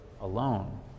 alone